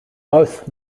both